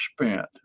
spent